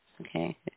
Okay